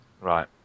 Right